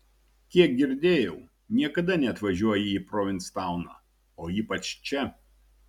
kiek girdėjau niekada neatvažiuoji į provinstauną o ypač čia